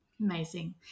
Amazing